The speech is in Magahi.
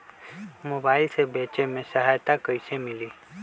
मोबाईल से बेचे में सहायता कईसे मिली?